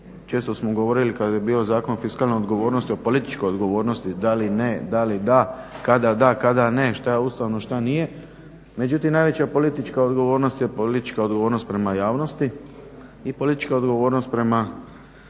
često smo govorili kad je bio Zakon o fiskalnoj odgovornosti o političkoj odgovornosti da li ne, da li da, kada da, kada ne, šta je ustavno, šta nije. Međutim, najveća politička odgovornost je politička odgovornost prema javnosti i politička odgovornost prema